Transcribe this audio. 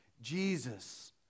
Jesus